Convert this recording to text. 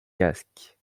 casque